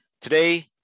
Today